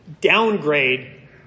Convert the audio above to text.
downgrade